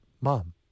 mom